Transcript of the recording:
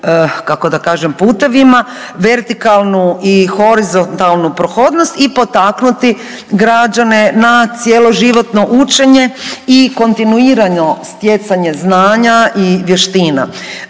kako da kažem, putevima, vertikalnu i horizontalnu prohodnost i potaknuti građane na cjeloživotno učenje i kontinuirano stjecanje znanja i vještina.